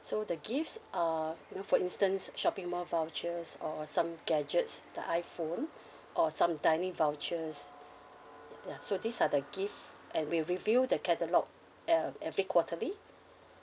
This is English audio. so the gifts are you know for instance shopping mall vouchers or some gadgets the iphone or some dining vouchers ya so these are the gift and we review the catalogue uh every quarterly